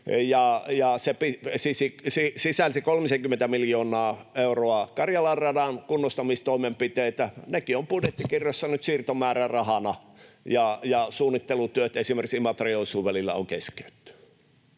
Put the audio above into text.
kolmisenkymmentä miljoonaa euroa Karjalan radan kunnostamistoimenpiteitä. Nekin ovat budjettikirjassa nyt siirtomäärärahana, ja suunnittelutyöt esimerkiksi Imatra—Joensuu-välillä on keskeytetty.